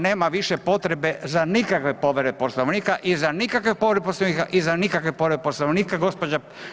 nema više potrebe za nikakve povrede Poslovnika i za nikakve povrede Poslovnika i za nikakve povrede Poslovnika, gđa…